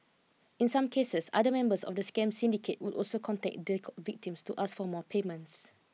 in some cases other members of the scam syndicate would also contact the victims to ask for more payments